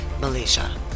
malaysia